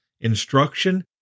instruction